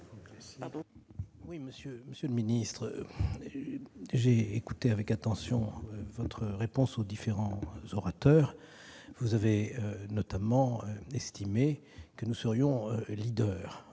lois. Monsieur le ministre, j'ai écouté avec attention votre réponse aux différents orateurs. Vous avez notamment estimé que nous serions en